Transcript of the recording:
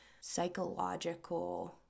psychological